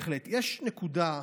יש נקודה,